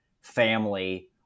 family